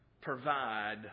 provide